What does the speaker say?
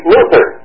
Luther